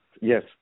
yes